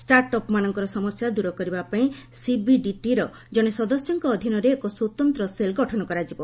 ଷ୍ଟାର୍ଟ୍ଅପ୍ମାନଙ୍କର ସମସ୍ୟା ଦୂର କରିବା ପାଇଁ ସିବିଡିଟିର ଜଣେ ସଦସ୍ୟଙ୍କ ଅଧୀନରେ ଏକ ସ୍ୱତନ୍ତ ସେଲ୍ ଗଠନ କରାଯିବ